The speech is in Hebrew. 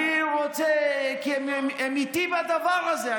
הם איתי בדבר הזה.